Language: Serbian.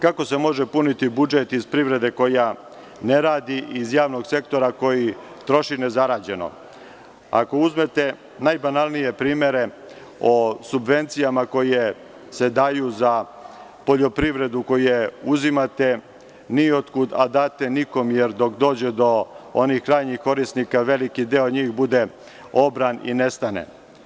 Kako se može puniti budžet iz privrede koja ne radi, iz javnog sektora koji troši nezarađeno, ako uzmete najbanalnije primere o subvencijama koje se daju za poljoprivredu, koje uzimate niotkud a date nikom, jer dok dođe do onih krajnjih korisnika, veliki deo njih bude obran i nestane?